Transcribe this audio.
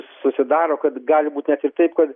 susidaro kad gali būt net ir taip kad